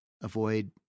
avoid